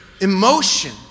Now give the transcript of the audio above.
emotion